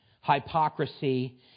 hypocrisy